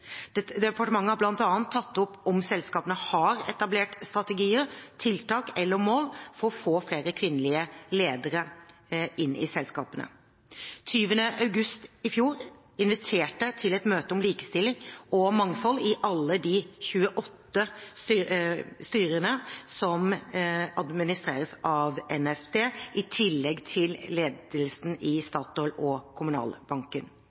Departementet har bl.a. tatt opp om selskapene har etablert strategier, tiltak eller mål for å få flere kvinnelige ledere inn i selskapene. Den 20. august i fjor inviterte jeg til et møte om likestilling og mangfold i alle de 28 styrer som ble administrert av NFDs daværende portefølje, i tillegg til ledelsen i Statoil og Kommunalbanken.